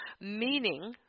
meaning